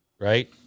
right